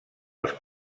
els